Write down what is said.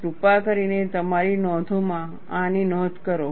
કૃપા કરીને તમારી નોંધોમાં આની નોંધ કરો